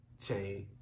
change